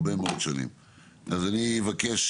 אני אבקש